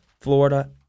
Florida